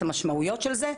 את המשמעויות של זה,